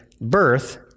Birth